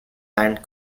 and